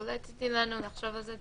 אולי תיתני לנו לחשוב על זה?